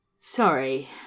Sorry